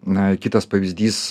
na kitas pavyzdys